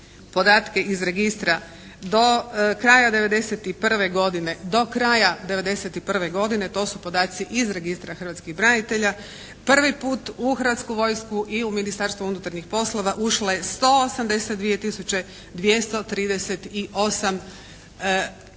godine, do kraja 1991. godine to su podaci iz registra hrvatskih branitelja. Prvi put u hrvatsku vojsku i u Ministarstvo unutarnjih poslova ušlo je 182